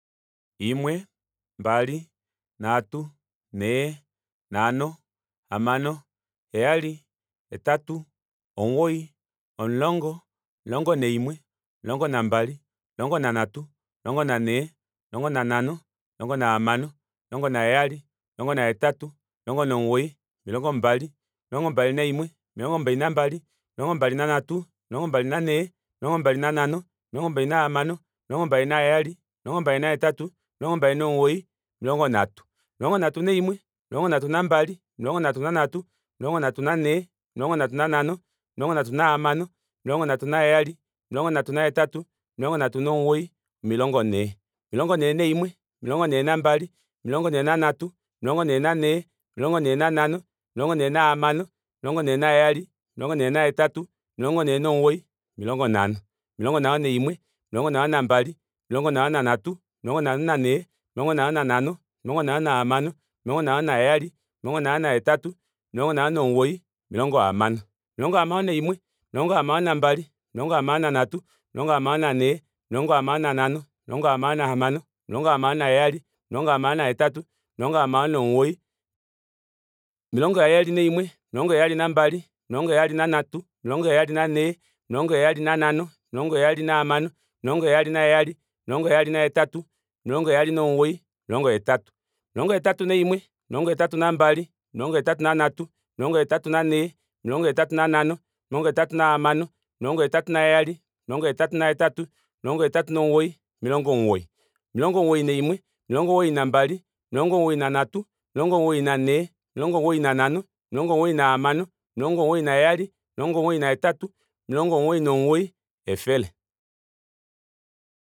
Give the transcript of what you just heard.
Imwe mbali nhatu nhee nhano hamano heyali hetatu omugoyi omulongo omulongo naimwe omulongo nambali omulongo nanhatu omulongo nanhee omulongo nanhano omulongo nahamano omulongo naheyali omulongo nahetatu omulongo nomugoyi omilongo mbali omilongo mbali naimwe omilongo mbali nambali omilongo mbali nanhatu omilongo mbali nanhee omilongo mbali nanhano omilongo mbali nahamano omilongo mbali naheyali omilongo mbali nahetatu omilongo mbal nomugoyi omilongo nhatu omilongo nhatu naimwe omilongo nhatu nambali omilongo nhatu nanhatu omilongo nhatu nanhee omilongo nhatu nanhano omilongo nhatu nahamano omilongo nhatu naheyali omilongo nhatu nahetatu omilongo nhatu nomugoyi omilongo nhee omilongo nhee naimwe omilongo nhee nambali omilongo nhee nanhatu omilongo nhee nanhee omilongo nhee nanhano omilongo nhee nahamano omilongo nhee heyali omilongo nhee hetatu omilongo nhee nomugoyi omilongo nhano omilongo nhano naimwe omilongo nhano mbali omilongo nhano nanhatu omilongo nhano nanhee omilongo nhano nanhano omilongo nhano nahamano omilongo nhano naheyali omilongo nhano nahetatu omilongo nhano nomugoyi omilongo hamano omilongo hamano omilongo hamano naimwe omilongo hamano nambali omilongo hamano nanhatu omilongo hamano nanhee omilongo hamano nanhano omilongo hamano nahamano omilongo hamano naheyali omilongo hamano nahetatu omilongo hamano nomugoyi omilongo heyali omilongo heyali naimwe omilongo heyali nambali omilongo heyali nanhatu omilongo heyali nanhee omilongo heyali nanhano omilongo heyali nahamano omilongo heyali heyali omilongo heyali nahetatu omilongo heyali nomugoyi omilongo hetatu omilongo hetatu naimwe omilongo hetatu nambali omilongo hetatu nanhatu omilongo hetatu nanhee omilongo hetatu nanhano omilongo hetatu nahamano omilongo hetatu heyali omilongo hetatu hetatu omilongo hetatu nomugoyi omilongo omugoyi omilongo omugoyi naimwe omilongo omugoyi nambali omilongo omugoyi nanhatu omilongo mugoyi nanhee omilongo omugoyi nanhano omilongo omugoyi nahamano omilongo omugoyi naheyali omilongo omugoyi nahetatu omilongo omugoyi nomugoyi efele